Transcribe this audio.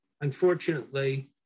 unfortunately